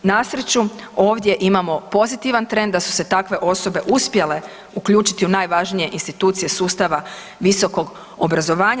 Na sreću ovdje imamo pozitivan trend da su se takve osobe uspjele uključiti u najvažnije institucije sustava visokog obrazovanja.